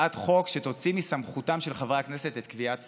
הצעת חוק שתוציא מסמכותם של חברי הכנסת את קביעת השכר.